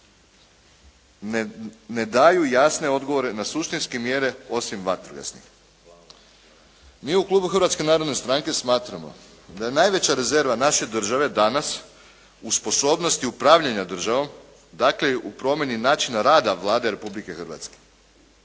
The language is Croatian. ne daju jasne odgovore na suštinske mjere osim vatrogasnih. Mi u klubu Hrvatske narodne stranke smatramo da je najveća rezerva naše države danas u sposobnosti upravljanja državom. Dakle, u promjeni načina rada Vlade Republike Hrvatske.